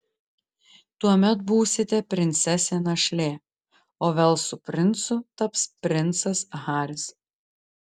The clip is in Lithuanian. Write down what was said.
tuomet būsite princesė našlė o velso princu taps princas haris